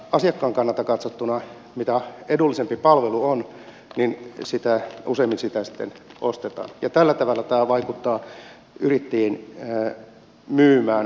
asiakkaan kannalta katsottuna mitä edullisempi palvelu on sitä useammin sitä sitten ostetaan ja tällä tavalla tämä vaikuttaa yrittäjien myymien palvelujen kysyntään